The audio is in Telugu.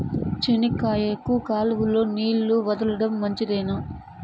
చెనక్కాయకు కాలువలో నీళ్లు వదలడం మంచిదేనా?